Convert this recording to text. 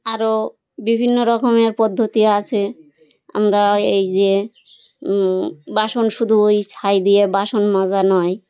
আরও বিভিন্ন রকমের পদ্ধতি আছে আমরা এই যে বাসন শুধু ওই ছাই দিয়ে বাসন মাজা নয়